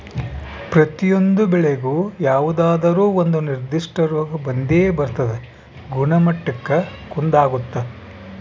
ಪ್ರತಿಯೊಂದು ಬೆಳೆಗೂ ಯಾವುದಾದ್ರೂ ಒಂದು ನಿರ್ಧಿಷ್ಟ ರೋಗ ಬಂದೇ ಬರ್ತದ ಗುಣಮಟ್ಟಕ್ಕ ಕುಂದಾಗುತ್ತ